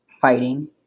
fighting